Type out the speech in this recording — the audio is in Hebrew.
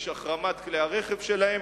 החרמת כלי הרכב שלהם,